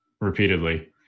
repeatedly